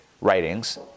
writings